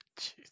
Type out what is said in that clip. Jesus